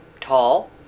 tall